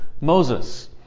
Moses